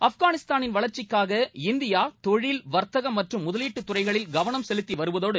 ஆப்கானிஸ்தான் வளர்ச்சிக்காக இந்தியா தொழில் வர்த்தகம் மற்றும் முதலீட்டுத் துறைகளில் கவனம் செலுத்தி வருவதோடு